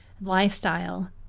lifestyle